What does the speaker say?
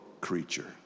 creature